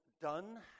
done